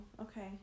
okay